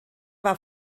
war